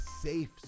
safe